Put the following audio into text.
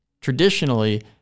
traditionally